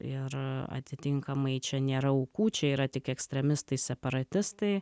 ir atitinkamai čia nėra aukų čia yra tik ekstremistai separatistai